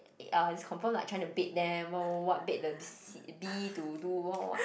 eh is confirm like trying to bait them what what what bait the C~ B to do what what what